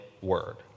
word